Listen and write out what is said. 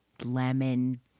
Lemon